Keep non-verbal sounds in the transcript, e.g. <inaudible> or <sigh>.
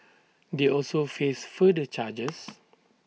they also face further charges <noise>